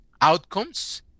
Outcomes